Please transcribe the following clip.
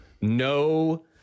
no